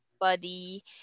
body